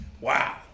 Wow